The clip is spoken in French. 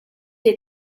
les